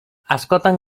askotan